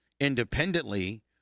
independently